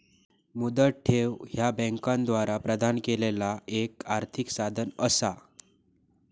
मुदत ठेव ह्या बँकांद्वारा प्रदान केलेला एक आर्थिक साधन असा